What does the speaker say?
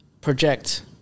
project